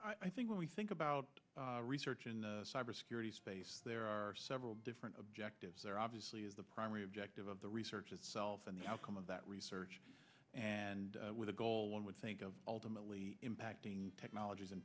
i think what we think about research in the cybersecurity space there are several different objectives there obviously is the primary objective of the research itself and the outcome of that research and with a goal one would think of ultimately impacting technologies